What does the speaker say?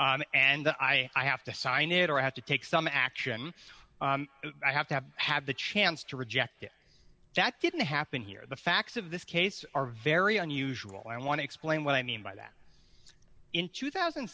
and i have to sign it or i have to take some action i have to have had the chance to reject it that didn't happen here the facts of this case are very unusual i want to explain what i mean by that is in two thousand